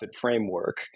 framework